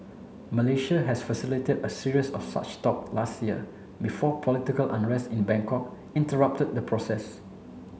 Malaysia has facilitate a series of such talk last year before political unrest in Bangkok interrupted the process